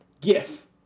GIF